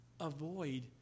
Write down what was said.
avoid